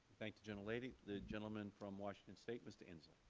thank the gentlelady. the gentleman from washington state, mr. inslee.